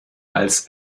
als